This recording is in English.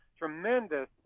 Tremendous